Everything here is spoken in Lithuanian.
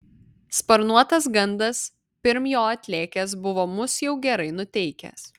sparnuotas gandas pirm jo atlėkęs buvo mus jau gerai nuteikęs